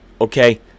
Okay